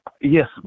yes